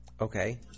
okay